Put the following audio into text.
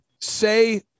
say